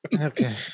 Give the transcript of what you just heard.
Okay